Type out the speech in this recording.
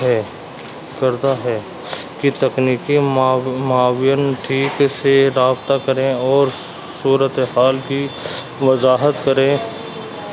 ہے کرتا ہے کہ تکنیکی معاون ٹھیک سے رابطہ کریں اور صورت حال کی وضاحت کریں